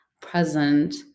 present